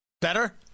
Better